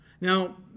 now